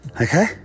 Okay